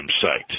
site